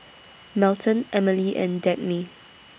Melton Emmalee and Dagny